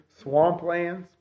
swamplands